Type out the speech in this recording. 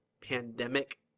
Pandemic